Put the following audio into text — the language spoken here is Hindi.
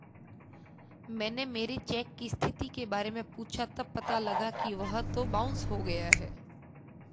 मैंने मेरे चेक की स्थिति के बारे में पूछा तब पता लगा कि वह तो बाउंस हो गया है